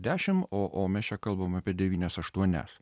dešim o mes čia kalbam apie devynias aštuonias